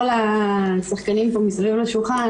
כל השחקנים פה מסביב לשולחן,